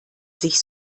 sich